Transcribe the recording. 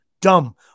Dumb